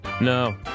No